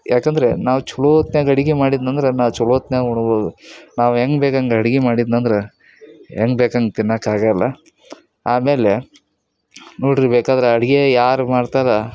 ಯಾಕಂದರೆ ನಾವು ಛಲೋತ್ನ್ಯಾಗ ಅಡುಗೆ ಮಾಡಿದ್ನಂದ್ರೆ ನಾವು ಛಲೋತ್ನ್ಯಾಗ ಉಣ್ಬೋದು ನಾವು ಹೆಂಗ್ ಬೇಕು ಹಂಗ್ ಅಡುಗೆ ಮಾಡಿದ್ನಂದ್ರೆ ಹೆಂಗ್ ಬೇಕು ಹಂಗ್ ತಿನ್ನಾಕ ಆಗೋಲ್ಲ ಆಮೇಲೆ ನೋಡಿರಿ ಬೇಕಾದ್ರೆ ಅಡುಗೆ ಯಾರು ಮಾಡ್ತಾರೆ